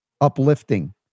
uplifting